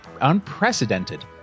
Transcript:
unprecedented